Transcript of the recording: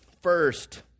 First